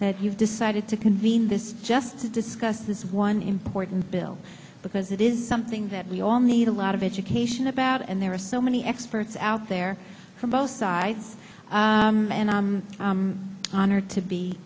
that you've decided to convene this just to discuss this one important bill because it is something that we all need a lot of education about and there are so many experts out there from both sides and i'm honored to be